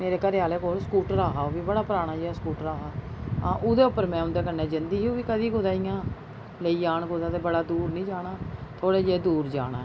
मेरे घरै आह्ले कोल स्कूटर हा ओह् बी बड़ा पराना जेहा स्कूटर हा हां ओह्दे उप्पर में उं'दे कन्नै जंदी ही ओह् बी कदें कुदै इ'यां लेई जान कुदै ते बड़ा दूर नी जाना थोह्ड़े जेह् दूर जाना ऐ